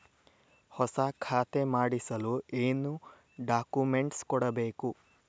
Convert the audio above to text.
ಹೊಸ ಖಾತೆ ಮಾಡಿಸಲು ಏನು ಡಾಕುಮೆಂಟ್ಸ್ ಕೊಡಬೇಕು?